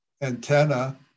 antenna